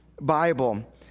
Bible